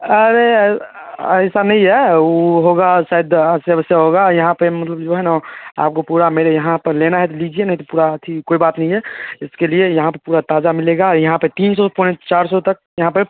अरे ये ऐसा नहीं है वो होगा शायद समस्या होगा यहाँ पर मतलब जो है ना आपको पुरा मेरे यहाँ पर लेना है तो लीजिए नहीं तो पूरा अथी कोई बात नहीं है इसके लिए यहाँ पर पूरा ताज़ा मिलेगा यहाँ पर तीन सौ पॉइंट चार सौ तक यहाँ पर